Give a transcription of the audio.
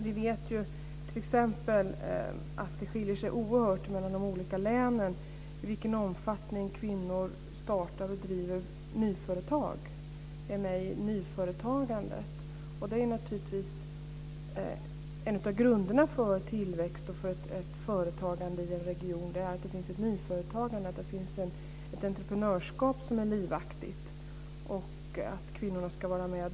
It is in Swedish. Vi vet t.ex. att det skiljer oerhört mellan de olika länen när det gäller i vilken omfattning kvinnor startar och driver nya företag och är med i nyföretagandet. Det är naturligtvis en av grunderna för tillväxt och företagande i en region att det finns ett nyföretagande och ett entreprenörskap som är livaktigt - och där ska kvinnorna vara med.